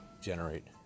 generate